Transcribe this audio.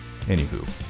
Anywho